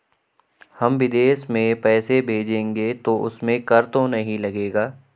यदि हम विदेश में पैसे भेजेंगे तो उसमें कर तो नहीं लगेगा?